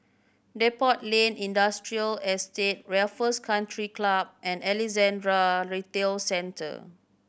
Depot Lane Industrial Estate Raffles Country Club and Alexandra Retail Centre